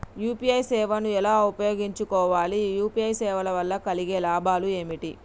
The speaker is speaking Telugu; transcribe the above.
యూ.పీ.ఐ సేవను ఎలా ఉపయోగించు కోవాలి? యూ.పీ.ఐ సేవల వల్ల కలిగే లాభాలు ఏమిటి?